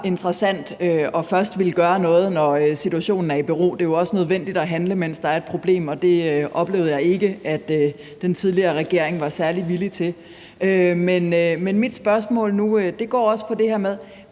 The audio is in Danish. interessant først at ville gøre noget, når situationen er i bero. Det er jo også nødvendigt at handle, mens der er et problem, og det oplevede jeg ikke den tidligere regering var særlig villig til. Men mit spørgsmål nu går også på det her med,